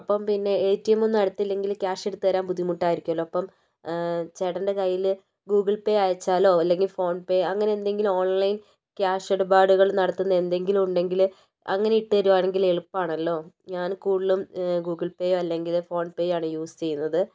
അപ്പം പിന്നെ A T M ഒന്നും അടുത്ത് ഇല്ലെങ്കിൽ ക്യാഷ് എടുത്ത് തരാൻ ബുദ്ധിമുട്ടായിരിക്കുലോ അപ്പം ചേട്ടൻ്റെ കയ്യിൽ ഗുഗിൾ പേ അയച്ചാലോ അല്ലെങ്കിൽ ഫോൺ പേ അങ്ങനെ എന്തെങ്കിലും ഓൺലൈൻ ക്യാഷ് ഇടപാടുകൾ നടത്തുന്ന എന്തെങ്കിലും ഉണ്ടെങ്കിൽ അങ്ങനെ ഇട്ടു തരുവാണെങ്കിൽ എളുപ്പാനല്ലോ ഞാനും കൂടുതലും ഗൂഗിൾ പേ അല്ലെങ്കിൽ ഫോൺ പേ ആണ് യൂസ് ചെയ്യുന്നത്